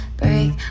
break